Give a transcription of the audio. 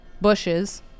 bushes